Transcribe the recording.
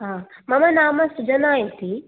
हा मम नाम सुजना इति